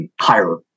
Higher